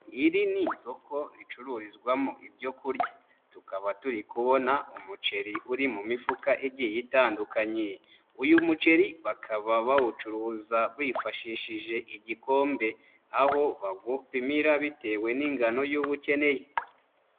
Iri ni isoko ricururizwamo ibyo kurya, tukaba turi kubona umuceri uri mu mifuka igiye itandukanye, uyu muceri bakaba bawucuruza bifashishije igikombe aho bagupimira bitewe n'ingano y'uwo ukeneye.